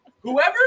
Whoever